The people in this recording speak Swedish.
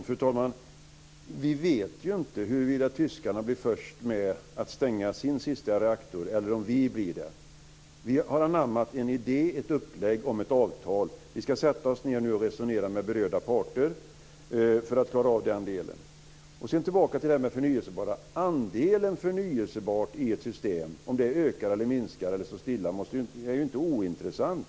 Fru talman! Vi vet ju inte om tyskarna blir först med att stänga sin sista reaktor eller om vi blir det. Vi har anammat en idé och ett upplägg om ett avtal. Vi ska sätta oss ned nu och resonera med berörda parter för att klara av den delen. Om andelen förnyelsebart i ett system ökar, minskar eller är konstant är ju inte ointressant.